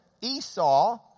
Esau